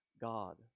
God